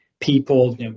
people